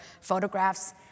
photographs